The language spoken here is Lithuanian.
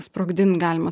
sprogdinti galima